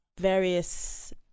various